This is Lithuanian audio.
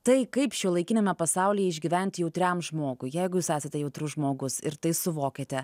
tai kaip šiuolaikiniame pasaulyje išgyventi jautriam žmogui jeigu jūs esate jautrus žmogus ir tai suvokiate